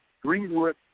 Greenwood